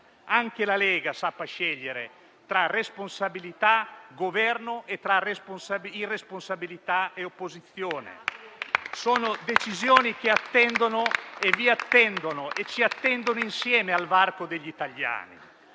Anche la Lega sa scegliere tra responsabilità, Governo e irresponsabilità e opposizione. Sono decisioni che vi attendono e ci attendono insieme al varco degli italiani.